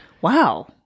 wow